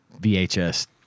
VHS